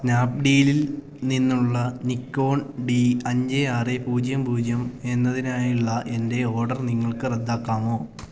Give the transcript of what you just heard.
സ്നാപ്ഡീലിൽ നിന്നുള്ള Nikon D അഞ്ച് ആറ് പൂജ്യം പൂജ്യം എന്നതിനായുള്ള എൻ്റെ ഓർഡർ നിങ്ങൾക്ക് റദ്ദാക്കാമോ